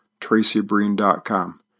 TracyBreen.com